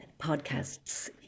podcasts